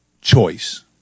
Choice